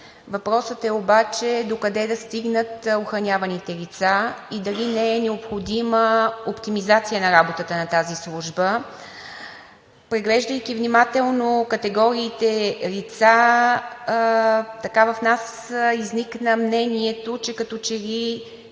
Въпросът е обаче докъде да стигнат охраняваните лица и дали не е необходима оптимизация на работата на тази служба? Преглеждайки внимателно категориите лица, в нас изникна мнението, че трябва